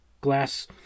glass